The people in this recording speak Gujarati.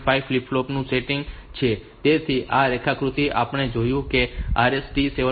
5 ફ્લિપ ફ્લોપ નું સેટિંગ છે તેથી આ રેખાકૃતિમાં આપણે જોયું છે કે આ RST 7